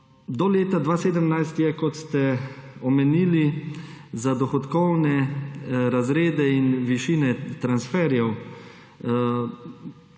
Do leta 2017 sta bili, kot ste omenili, za dohodkovne razrede in višine transferjev